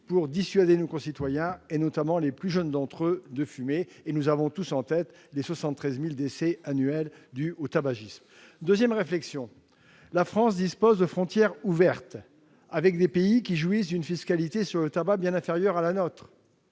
pour dissuader de fumer nos concitoyens, notamment les plus jeunes d'entre eux ; nous avons tous en tête les 73 000 décès par an dus au tabagisme. Deuxième réflexion : la France dispose de frontières ouvertes avec des pays qui jouissent d'une fiscalité sur le tabac bien inférieure à la nôtre.